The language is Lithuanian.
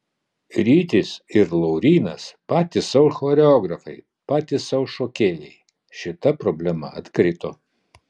rytis ir laurynas patys sau choreografai patys sau šokėjai šita problema atkrito